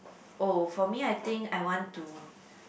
oh for me I think I want to